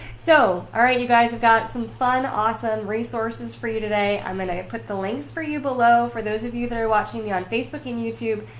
so, alright you guys, i've got some fun awesome resources for you today i'm going to put the links for you below. for those of you that are watching me on facebook and youtube.